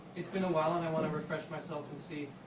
it's been awhile and i want to refresh myself and see,